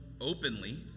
openly